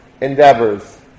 endeavors